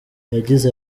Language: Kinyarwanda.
yagize